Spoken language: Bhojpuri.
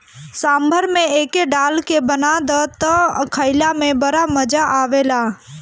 सांभर में एके डाल के बना दअ तअ खाइला में बड़ा मजा आवेला